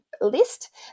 list